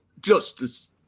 justice